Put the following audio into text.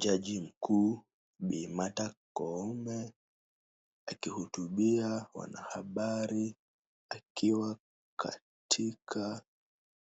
Jaji mkuu Bi. Martha Koome akihutubia wanahabari akiwa katika